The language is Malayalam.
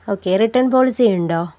okay return പോളിസിയുണ്ടോ